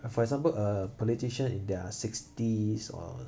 for example uh politician in their sixties or